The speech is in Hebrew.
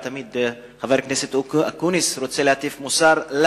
תמיד חבר הכנסת אקוניס רוצה להטיף לנו מוסר.